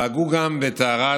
פגעו גם בטהרת